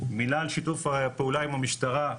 מילה על שיתוף הפעולה עם המשטרה,